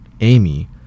Amy